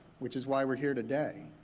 which is why we're here today.